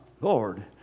Lord